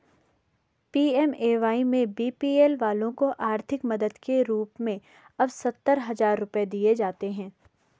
PMAY में BPL वालों को आर्थिक मदद के रूप में अब सत्तर हजार रुपये दिए जाते हैं